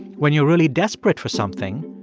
when you're really desperate for something,